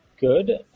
good